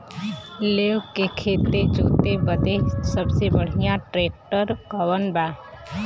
लेव के खेत जोते बदे सबसे बढ़ियां ट्रैक्टर कवन बा?